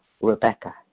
Rebecca